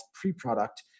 pre-product